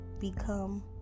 become